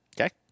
Okay